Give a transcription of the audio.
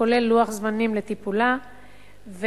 כולל לוח זמנים לטיפול בה,